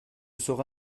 sera